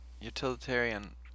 utilitarian